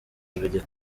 biri